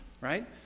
right